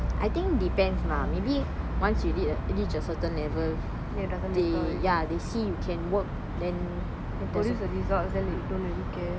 I think depends lah maybe once you reach a certain level they ya they see you can work then